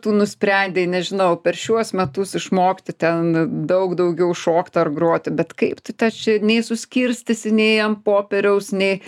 tu nusprendei nežinau per šiuos metus išmokti ten daug daugiau šokt ar groti bet kaip tu tą čia nei suskirstysi nei ant popieriaus nei